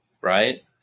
right